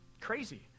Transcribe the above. crazy